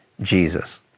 Jesus